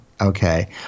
Okay